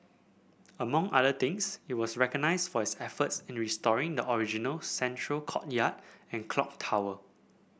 among other things it was recognised for its efforts in restoring the original central courtyard and clock tower